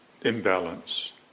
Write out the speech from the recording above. imbalance